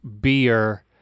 beer